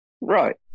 Right